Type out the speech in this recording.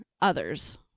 others